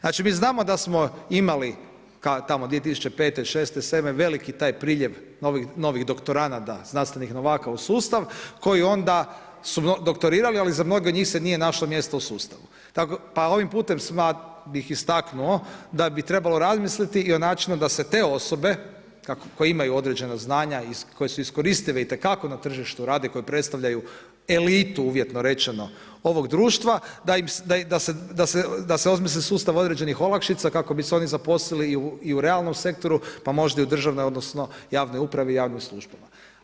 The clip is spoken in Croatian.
Znači mi znamo da smo imali tamo 2005., 6. 7. veliki taj priljev novih doktoranada, znanstvenih novaka u sustav koji onda su doktorirali, ali za mnoge od njih se nije našlo mjesta u sustavu pa ovim putem bih istaknuo da bi trebalo razmisliti i o načinu da se te osobe koje imaju određena znanja i koje su iskoristive itekako na tržištu rada i koje predstavljaju elitu, uvjetno rečeno ovog društva, da se osmisli sustav određenih olakšica kako bi se oni zaposlili i u realnom sektoru pa možda i u državnoj, odnosno javnoj upravi, javnim službama.